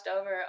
over